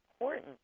important